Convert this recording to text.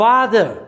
Father